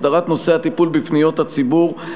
הסדרת נושאי הטיפול בפניות הציבור,